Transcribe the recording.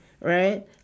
Right